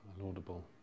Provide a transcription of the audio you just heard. Laudable